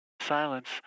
silence